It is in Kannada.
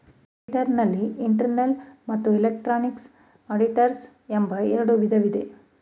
ಆಡಿಟರ್ ನಲ್ಲಿ ಇಂಟರ್ನಲ್ ಮತ್ತು ಎಕ್ಸ್ಟ್ರನಲ್ ಆಡಿಟರ್ಸ್ ಎಂಬ ಎರಡು ವಿಧ ಇದೆ